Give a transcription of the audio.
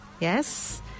Yes